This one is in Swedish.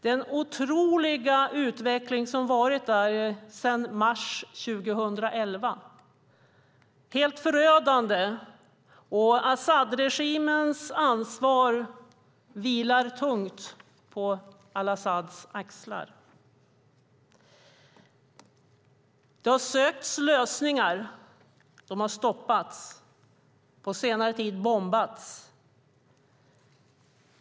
Den otroliga utveckling som har varit där sedan mars 2011 är helt förödande. Asadregimens ansvar vilar tungt på al-Asads axlar. Det har sökts lösningar. De har stoppats, på senare tid bombats.